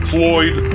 Floyd